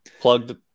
plugged